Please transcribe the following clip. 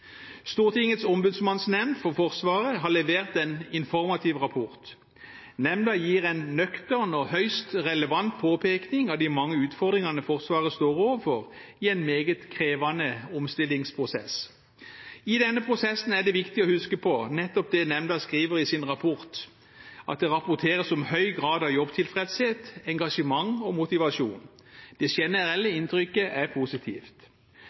Stortingets ombudsmannsnemnd for Forsvaret har levert en informativ rapport. Nemnda gir en nøktern og høyst relevant påpekning av de mange utfordringene Forsvaret står overfor i en meget krevende omstillingsprosess. I denne prosessen er det viktig å huske på nettopp det nemnda skriver i sin rapport – det rapporteres om høy grad av jobbtilfredshet, engasjement og motivasjon. Det generelle inntrykket er positivt.